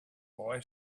boy